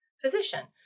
physician